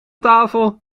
tafel